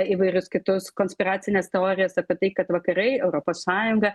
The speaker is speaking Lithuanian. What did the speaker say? įvairius kitus konspiracinės teorijos apie tai kad vakarai europos sąjunga